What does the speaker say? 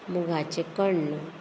मुगाचें कण्ण